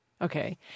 Okay